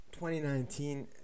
2019